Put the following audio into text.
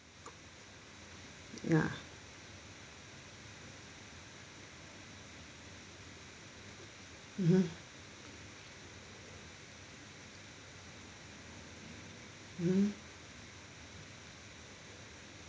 ya mmhmm mmhmm